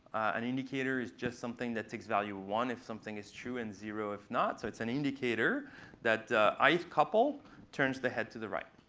an indicator is just something that takes value one if something is true, and zero if not. so it's an indicator that i-th couple turns the head to the right.